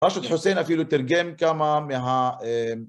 רשות חוסינה, אפילו תרגם כמה מה...